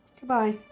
Goodbye